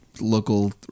local